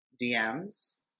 DMs